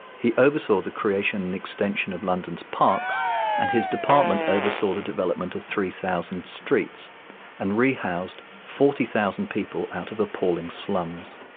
he oversaw the creation and extension of london's parks and his department oversaw the development of three thousand streets and rehoused forty thousand people out of appalling slums.